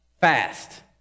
fast